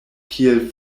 kiel